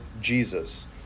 Jesus